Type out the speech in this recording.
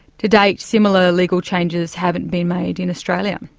to date, similar legal changes haven't been made in australia.